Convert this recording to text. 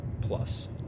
Plus